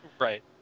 Right